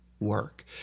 work